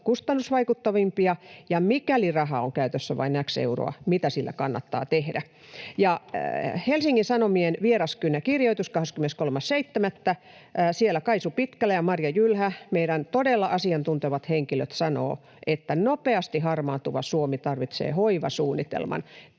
kustannusvaikuttavimpia, ja mikäli rahaa on käytössä vain x euroa, mitä sillä kannattaa tehdä. Helsingin Sanomien Vieraskynä-kirjoituksessa 23.7. Kaisu Pitkälä ja Marja Jylhä, meidän todella asiantuntevat henkilöt, sanovat, että ”nopeasti harmaantuva Suomi tarvitsee hoivasuunnitelman”.